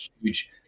huge